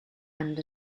and